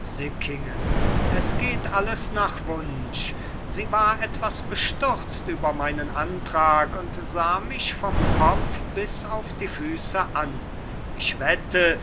sickingen es geht alles nach wunsch sie war etwas bestürzt über meinen antrag und sah mich vom kopf bis auf die füße an ich wette